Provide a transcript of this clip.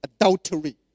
adultery